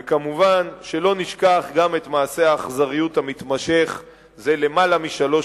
ומובן שלא נשכח גם את מעשה האכזריות המתמשך זה למעלה משלוש